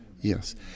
Yes